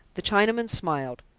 the chinaman smiled.